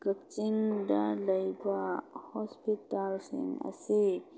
ꯀꯛꯆꯤꯡꯗ ꯂꯩꯕ ꯍꯣꯁꯄꯤꯇꯥꯜꯁꯤꯡ ꯑꯁꯤ